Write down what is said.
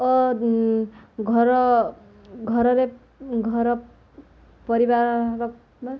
ଓ ଘର ଘରରେ ଘର ପରିବାର